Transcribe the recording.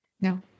No